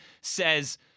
says –